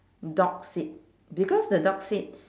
dog's seat because the dog's seat